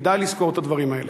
כדאי לזכור את הדברים האלה.